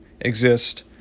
exist